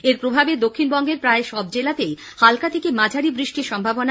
এর প্রভাবে দক্ষিণবঙ্গের প্রায় সব জেলায় হাল্কা থেকে মাঝারি বৃষ্টির সম্ভাবনা